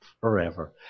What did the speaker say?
forever